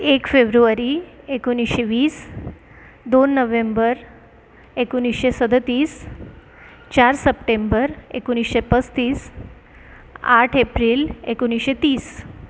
एक फेब्रुवरी एकोणीसशे वीस दोन नोव्हेंबर एकोणीसशे सदतीस चार सप्टेंबर एकोणीसशे पस्तीस आठ एप्रिल एकोणीसशे तीस